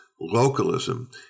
localism